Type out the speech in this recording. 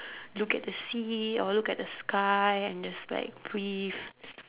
look at the sea or look at the sky and just like breathe